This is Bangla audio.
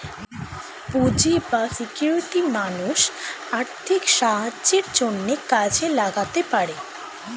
পুঁজি বা সিকিউরিটি মানুষ আর্থিক সাহায্যের জন্যে কাজে লাগাতে পারে